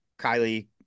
Kylie